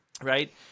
Right